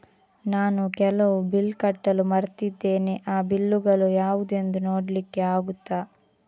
ನಾನು ಕೆಲವು ಬಿಲ್ ಕಟ್ಟಲು ಮರ್ತಿದ್ದೇನೆ, ಆ ಬಿಲ್ಲುಗಳು ಯಾವುದೆಂದು ನೋಡ್ಲಿಕ್ಕೆ ಆಗುತ್ತಾ?